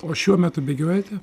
o šiuo metu bėgiojate